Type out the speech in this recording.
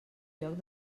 lloc